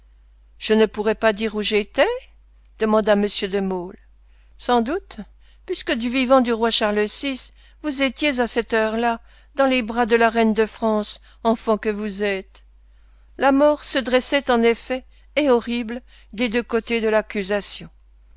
je ne pourrais pas dire où j'étais demanda m de maulle sans doute puisque du vivant du roi charles vi vous étiez à cette heure-là dans les bras de la reine de france enfant que vous êtes la mort se dressait en effet et horrible des deux côtés de l'accusation